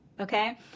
okay